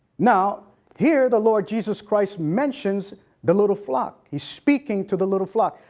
now here the lord jesus christ mentions the little flock. he's speaking to the little flock.